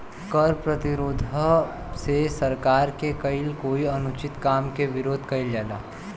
कर प्रतिरोध से सरकार के कईल कोई अनुचित काम के विरोध कईल जाला